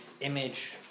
image